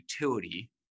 utility